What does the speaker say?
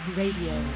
radio